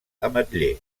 ametller